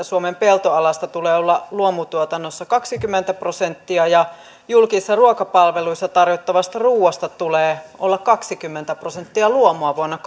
suomen peltoalasta tulee olla luomutuotannossa kaksikymmentä prosenttia ja julkisissa ruokapalveluissa tarjottavasta ruuasta tulee olla kaksikymmentä prosenttia luomua vuonna